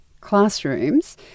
classrooms